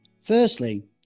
Firstly